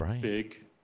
big